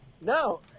No